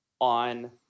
on